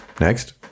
Next